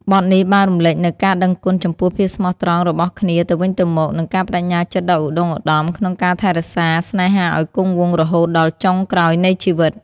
បទនេះបានរំលេចនូវការដឹងគុណចំពោះភាពស្មោះត្រង់របស់គ្នាទៅវិញទៅមក និងការប្តេជ្ញាចិត្តដ៏ឧត្តុង្គឧត្តមក្នុងការថែរក្សាស្នេហាឲ្យគង់វង្សរហូតដល់ចុងក្រោយនៃជីវិត។